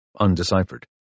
undeciphered